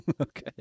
Okay